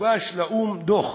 הוגש לאו"ם דוח